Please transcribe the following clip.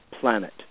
planet